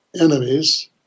enemies